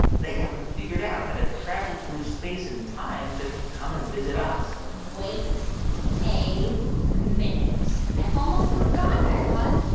they haven't figured out how to travel through space and time to come and visit us wait a minute. i almost forgot, guy raz.